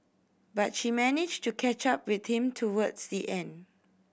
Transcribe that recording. but she managed to catch up with him towards the end